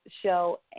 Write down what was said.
show